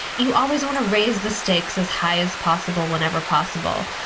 you always want to raise the stakes as high as possible whenever possible.